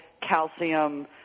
calcium